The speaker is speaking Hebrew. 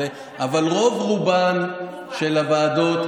אבל ברוב-רובן של הוועדות,